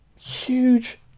Huge